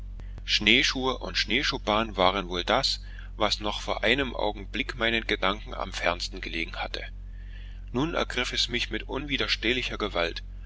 schneeschuhe und schneeschuhbahn waren wohl das was noch vor einem augenblick meinen gedanken am fernsten gelegen hatte nun ergriff es mich mit unwiderstehlicher gewalt